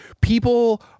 people